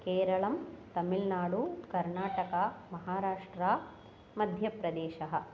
केरलः तमिल्नाडुः कर्नाटकः महाराष्ट्रः मध्यप्रदेशः